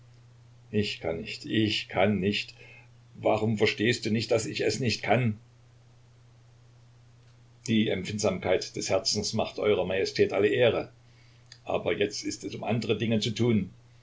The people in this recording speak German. ich kann nicht ich kann nicht warum verstehst du nicht daß ich es nicht kann die empfindsamkeit des herzens macht eurer majestät alle ehre aber jetzt ist es um andere dinge zu tun